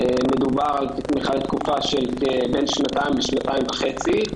מדובר על תמיכה לתקופה של בין שנתיים לשנתיים וחצי,